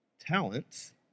talents